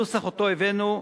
הנוסח שהבאנו,